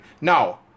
Now